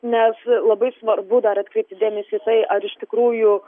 nes labai svarbu dar atkreipti dėmesį į tai ar iš tikrųjų